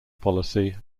policy